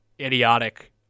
idiotic